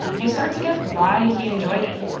you start to get why he enjoyed it.